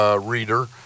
reader